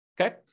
Okay